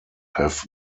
have